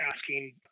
asking